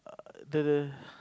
the